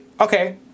okay